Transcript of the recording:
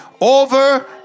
over